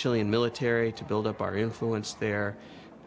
chilean military to build up our influence their